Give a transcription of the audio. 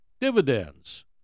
dividends